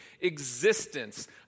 existence